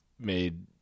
made